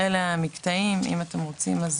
אלה המקטעים, אם אתם רוצים אז